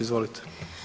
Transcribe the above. Izvolite.